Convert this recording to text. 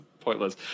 pointless